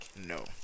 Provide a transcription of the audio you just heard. No